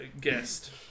guest